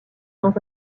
dans